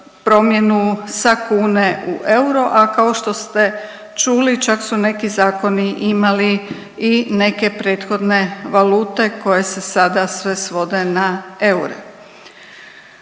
promjenu sa kune u euro, a kao što ste čuli čak su neki zakoni imali i neke prethodne valute koje se sada sve svode na eure.